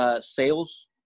sales